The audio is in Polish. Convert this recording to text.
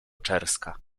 czerska